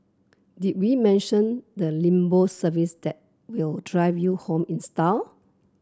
did we mention the limbo service that will drive you home in style